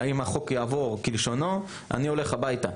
אם החוק יעבור כלשונו - אני הולך הביתה.